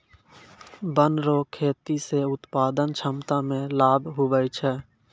वन रो खेती से उत्पादन क्षमता मे लाभ हुवै छै